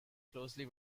closely